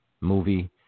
movie